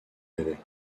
avait